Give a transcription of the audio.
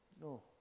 No